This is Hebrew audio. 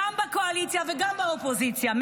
גם בקואליציה וגם באופוזיציה,